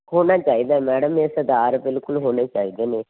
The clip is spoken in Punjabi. ਹੋਣਾ ਚਾਹੀਦਾ ਮੈਡਮ ਇਹ ਸੁਧਾਰ ਬਿਲਕੁਲ ਹੋਣੇ ਚਾਹੀਦੇ ਨੇ